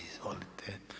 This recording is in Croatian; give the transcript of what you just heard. Izvolite.